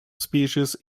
species